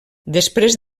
després